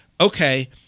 Okay